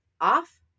off